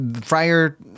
Friar